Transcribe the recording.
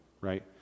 right